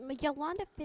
Yolanda